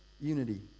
unity